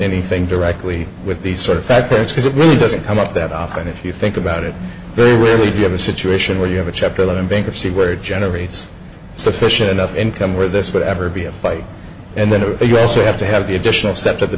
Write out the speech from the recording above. anything directly with the sort of factors because it really doesn't come up that often if you think about it very rarely do you have a situation where you have a chapter eleven bankruptcy where it generates sufficient enough income where this would ever be a fight and then to us we have to have the additional step